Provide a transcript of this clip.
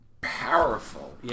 powerful